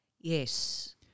Yes